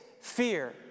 fear